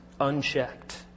unchecked